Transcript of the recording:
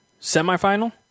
semifinal